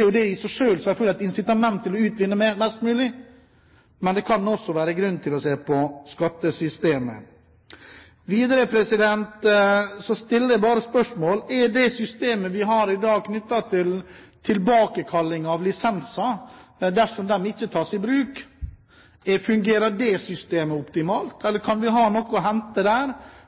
er det i seg selv et incitament til å utvinne mest mulig. Men det kan også være grunn til å se på skattesystemet. Videre stiller jeg spørsmålet: Fungerer det systemet vi har i dag, optimalt, knyttet til tilbakekalling av lisenser dersom de ikke tas i bruk, eller kan vi ha noe å hente der,